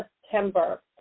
September